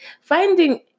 finding